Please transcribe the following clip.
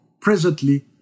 presently